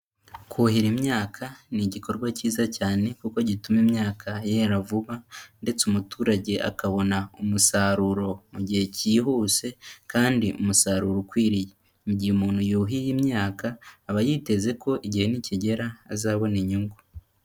Kuhira imyaka ni igikorwa cyiza cyane kuko gituma imyaka yera vuba ndetse umuturage akabona umusaruro mu gihe cyihuse kandi umusaruro ukwiriye, mu gihe umuntu yuhiye imyaka aba yiteze ko igihe nikigera azabona inyungu.